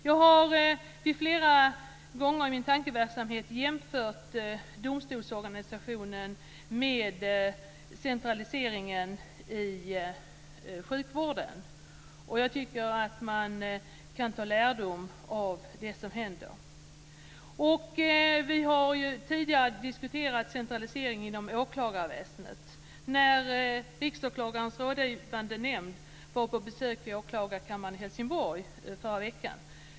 Jag har flera gånger i tankarna jämfört domstolsorganisationen med centraliseringen i sjukvården. Jag tycker att man kan dra lärdom av det som händer. Vi har tidigare diskuterat centralisering inom åklagarväsendet. Riksåklagarens rådgivande nämnd var på besök i åklagarkammaren i Helsingborg förra veckan.